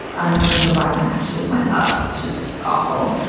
unemployment for black men actually went up, which is awful.